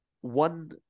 one